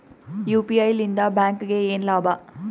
UPI ಲಿಂದ ಬ್ಯಾಂಕ್ಗೆ ಏನ್ ಲಾಭ?